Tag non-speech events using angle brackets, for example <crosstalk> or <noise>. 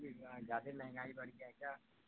<unintelligible> یہاں زیادہ ہی مہنگائی بڑھ گیا ہے کیا